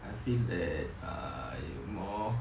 I feel that err more